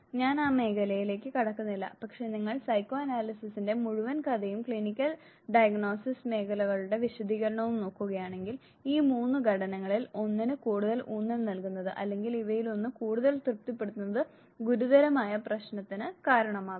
ഞാൻ ആ മേഖലയിലേക്ക് കടക്കുന്നില്ല പക്ഷേ നിങ്ങൾ സൈക്കോ അനാലിസിസിന്റെ മുഴുവൻ കഥയും ക്ലിനിക്കൽ ഡയഗ്നോസിസ് മേഖലകളുടെ വിശദീകരണവും നോക്കുകയാണെങ്കിൽ ഈ മൂന്ന് ഘടനകളിൽ ഒന്നിന് കൂടുതൽ ഊന്നൽ നൽകുന്നത് അല്ലെങ്കിൽ ഇവയിലൊന്ന് കൂടുതൽ തൃപ്തിപ്പെടുത്തുന്നത് ഗുരുതരമായ പ്രശ്നത്തിന് കാരണമാകും